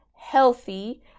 healthy